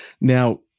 Now